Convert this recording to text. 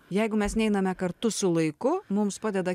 jeigu mes neiname kartu su laiku mums padeda